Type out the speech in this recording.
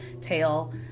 tail